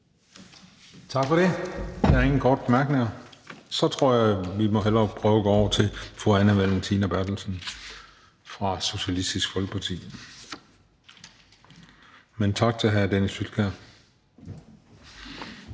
Tak for det. Der er ingen korte bemærkninger. Så tror jeg, at vi hellere må prøve at gå over til fru Anne Valentina Berthelsen fra Socialistisk Folkeparti, men tak til hr. Dennis Flydtkjær.